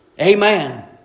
Amen